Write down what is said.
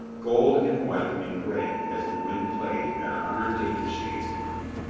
gold and white and gray as the wind played and a hundred dainty shades of green.